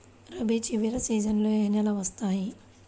రబీ చివరి సీజన్లో ఏ నెలలు వస్తాయి?